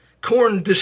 corn